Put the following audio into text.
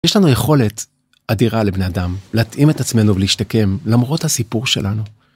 יש לנו יכולת אדירה לבני אדם להתאים את עצמנו ולהשתקם למרות הסיפור שלנו.